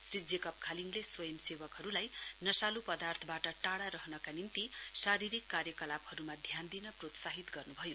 Shri Jacob खालिङले स्वंयसेवकहरुलाई नशालु पदार्थवाट टाढा रहनका निम्ति शारीरिक कार्यकलापहरुमा ध्यान दिन प्रोत्साहित गर्नुभयो